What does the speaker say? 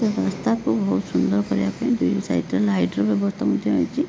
ତ ରାସ୍ତାକୁ ବହୁତ ସୁନ୍ଦର କରିବା ପାଇଁ ଦୁଇ ସାଇଡ୍ରେ ଲାଇଟ୍ର ବ୍ୟବସ୍ଥା ମଧ୍ୟ ହେଇଛି